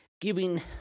giving